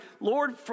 Lord